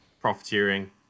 profiteering